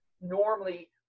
normally